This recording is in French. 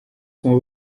sont